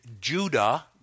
Judah